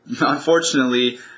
unfortunately